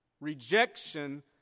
Rejection